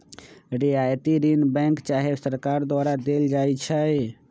रियायती ऋण बैंक चाहे सरकार द्वारा देल जाइ छइ